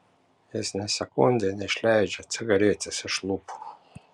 jis nė sekundei neišleidžia cigaretės iš lūpų